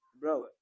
bro